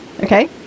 Okay